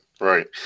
right